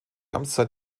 amtszeit